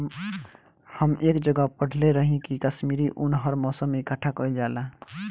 हम एक जगह पढ़ले रही की काश्मीरी उन हर मौसम में इकठ्ठा कइल जाला